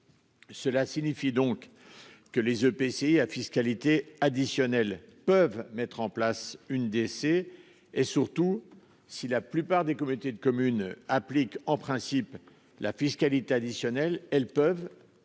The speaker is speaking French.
Cela signifie donc que les EPCI à fiscalité additionnelle peuvent mettre en place une décès et surtout si la plupart des communautés de communes applique en principe la fiscalité additionnelle. Elles peuvent tout